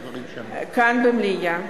במליאה.